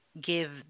give